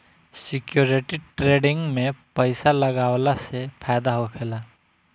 security trading में पइसा लगावला से फायदा होखेला